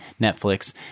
Netflix